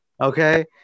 okay